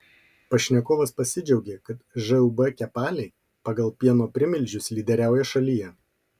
pašnekovas pasidžiaugė kad žūb kepaliai pagal pieno primilžius lyderiauja šalyje